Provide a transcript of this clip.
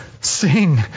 sing